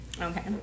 okay